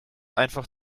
einfach